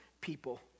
people